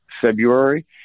February